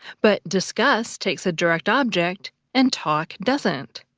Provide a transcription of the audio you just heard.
but discuss takes a direct object and talk doesn't.